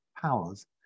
powers